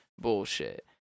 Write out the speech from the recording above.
bullshit